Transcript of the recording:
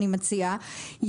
אני מציעה,